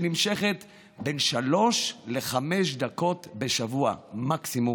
שנמשכת בין שלוש לחמש דקות בשבוע מקסימום?